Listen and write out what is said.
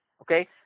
Okay